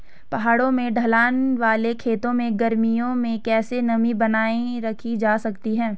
पहाड़ों में ढलान वाले खेतों में गर्मियों में कैसे नमी बनायी रखी जा सकती है?